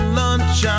lunch